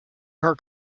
her